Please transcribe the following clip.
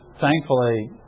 thankfully